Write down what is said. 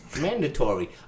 mandatory